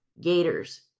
gators